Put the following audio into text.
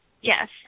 Yes